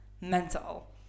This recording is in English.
mental